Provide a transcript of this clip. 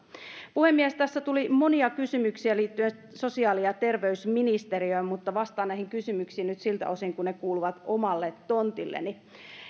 puhemies tässä tuli monia kysymyksiä liittyen sosiaali ja terveysministeriöön vastaan näihin kysymyksiin nyt siltä osin kuin ne kuuluvat omalle tontilleni